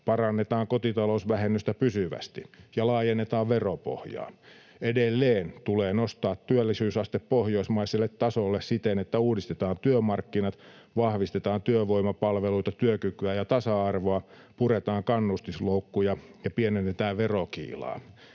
parannetaan kotitalousvähennystä pysyvästi ja laajennetaan veropohjaa. Edelleen tulee nostaa työllisyysaste pohjoismaiselle tasolle siten, että uudistetaan työmarkkinat, vahvistetaan työvoimapalveluita, työkykyä ja tasa-arvoa, puretaan kannustusloukkuja ja pienennetään verokiilaa.